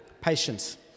Patience